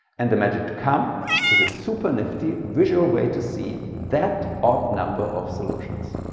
and the magic to come is a super nifty visual way to see that odd number of solutions.